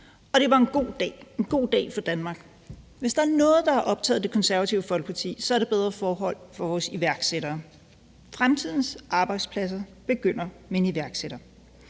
dag – en god dag for Danmark. Hvis der er noget, der har optaget Det Konservative Folkeparti, er det bedre forhold for vores iværksættere. Fremtidens arbejdspladser begynder med en iværksætter,